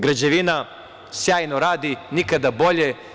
Građevina sjajno radi, nikada bolje.